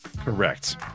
Correct